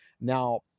Now